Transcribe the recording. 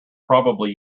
probably